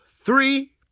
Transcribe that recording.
three